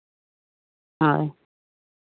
ᱦᱳᱭ